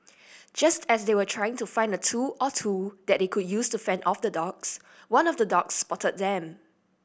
just as they were trying to find a tool or two that they could use to fend off the dogs one of the dogs spotted them